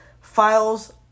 files